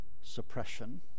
suppression